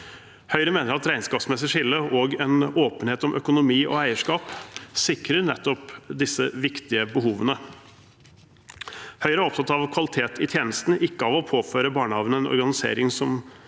Høyre mener at regnskapsmessig skille og åpenhet om økonomi og eierskap sikrer nettopp disse viktige behovene. Høyre er opptatt av kvalitet i tjenesten, ikke av å påføre barnehagene en organisering som